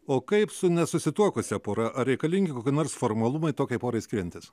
o kaip su nesusituokusia pora ar reikalingi kokie nors formalumai tokiai porai skiriantis